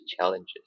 challenges